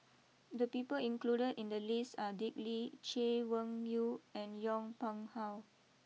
the people included in the list are Dick Lee Chay Weng Yew and Yong Pung how